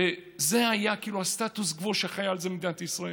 זה היה סטטוס קוו במדינת ישראל.